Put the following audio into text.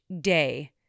day